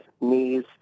knees